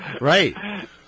right